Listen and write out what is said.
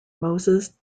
moses